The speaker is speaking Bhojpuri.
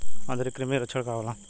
आंतरिक कृमि के लक्षण का होला?